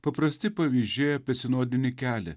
paprasti pavyzdžiai apie sinodinį kelią